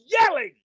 yelling